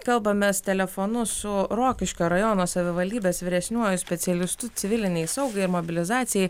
kalbamės telefonu su rokiškio rajono savivaldybės vyresniuoju specialistu civilinei saugai ir mobilizacijai